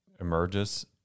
emerges